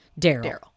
Daryl